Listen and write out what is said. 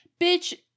Bitch